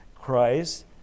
Christ